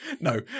no